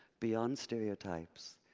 beyond stereotypes,